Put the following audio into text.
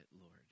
Lord